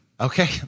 okay